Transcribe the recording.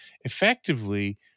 effectively